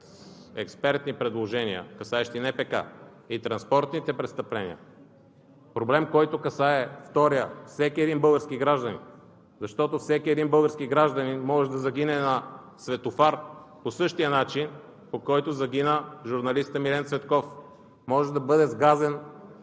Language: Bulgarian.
експертни предложения, касаещи НПК и транспортните престъпления – проблем, който касае всеки един български гражданин, защото всеки български гражданин може да загине на светофар по същия начин, по който загина журналистът Милен Цветков. Може да бъде сгазен,